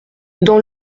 dans